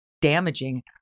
Damaging